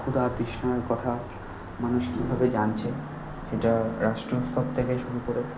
ক্ষুধা তৃষ্ণার কথা মানুষ কীভাবে জানছে সেটা রাষ্ট্রীয় স্তর থেকে শুরু করে